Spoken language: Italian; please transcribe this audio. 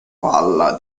palla